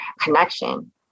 connection